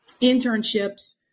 internships